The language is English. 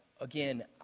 again